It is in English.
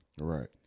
Right